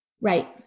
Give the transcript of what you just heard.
Right